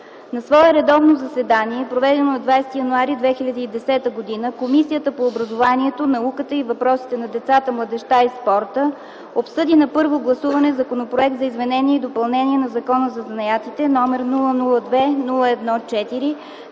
На свое редовно заседание, проведено на 20 януари 2010 г., Комисията по образованието, науката и въпросите на децата, младежта и спорта обсъди на първо гласуване Законопроект за изменение и допълнение на Закона за занаятите, № 002-01-4,